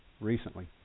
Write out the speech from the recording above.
recently